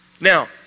Now